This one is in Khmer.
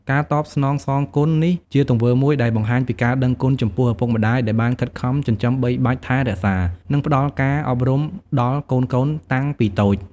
ការតបស្នងសងគុណ នេះជាទង្វើមួយដែលបង្ហាញពីការដឹងគុណចំពោះឪពុកម្ដាយដែលបានខិតខំចិញ្ចឹមបីបាច់ថែរក្សា និងផ្ដល់ការអប់រំដល់កូនៗតាំងពីតូច។